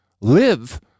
live